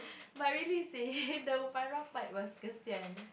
but really seh the Farah part was